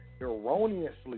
erroneously